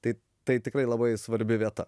tai tai tikrai labai svarbi vieta